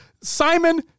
Simon